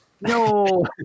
no